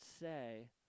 say